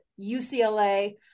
ucla